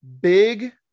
big